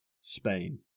Spain